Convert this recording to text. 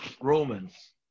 Romans